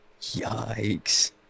Yikes